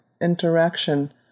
interaction